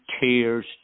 tears